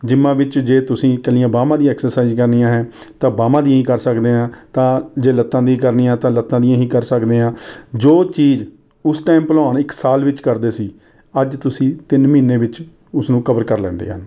ਜਿੰਮਾਂ ਵਿੱਚ ਜੇ ਤੁਸੀਂ ਇਕੱਲੀਆਂ ਬਾਹਾਂ ਦੀ ਐਕਸਰਸਾਈਜ਼ ਕਰਨੀਆਂ ਹੈ ਤਾਂ ਬਾਹਾਂ ਦੀ ਹੀ ਕਰ ਸਕਦੇ ਹਾਂ ਤਾਂ ਜੇ ਲੱਤਾਂ ਦੀਆਂ ਕਰਨੀ ਹਾਂ ਤਾਂ ਲੱਤਾਂ ਦੀ ਹੀ ਕਰ ਸਕਦੇ ਹਾਂ ਜੋ ਚੀਜ਼ ਉਸ ਟਾਇਮ ਭਲਵਾਨ ਇੱਕ ਸਾਲ ਵਿੱਚ ਕਰਦੇ ਸੀ ਅੱਜ ਤੁਸੀਂ ਤਿੰਨ ਮਹੀਨੇ ਵਿੱਚ ਉਸ ਨੂੰ ਕਵਰ ਕਰ ਲੈਂਦੇ ਹਨ